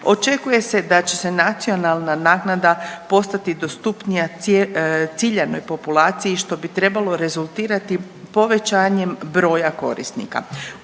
očekuje se da će se nacionalna naknada postati dostupnija ciljanoj populaciji, što bi trebalo rezultirati povećanjem broja korisnika.